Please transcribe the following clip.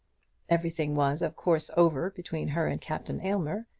everything was of course over between her and captain aylmer,